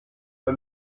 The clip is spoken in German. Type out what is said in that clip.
bei